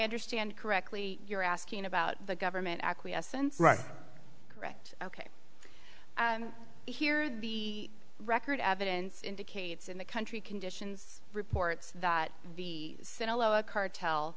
understand correctly you're asking about the government acquiescence right correct ok here the record evidence indicates in the country conditions reports that the syn aloa cartel